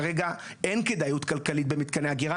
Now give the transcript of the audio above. כרגע אין כדאיות כלכלית במתקני אגירה,